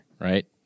right